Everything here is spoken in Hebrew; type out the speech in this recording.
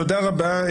תודה רבה.